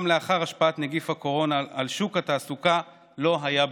גם לאחר השפעת נגיף הקורונה על שוק התעסוקה לא היה ביקוש.